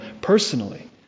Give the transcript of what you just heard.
personally